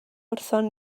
wrthon